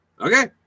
Okay